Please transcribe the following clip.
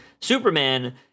Superman